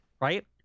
right